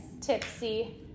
tipsy